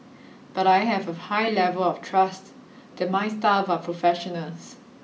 but I have a high level of trust that my staff are professionals